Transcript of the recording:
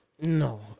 No